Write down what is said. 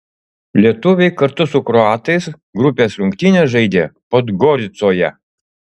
lietuviai kartu su kroatais grupės rungtynes žaidė podgoricoje